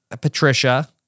Patricia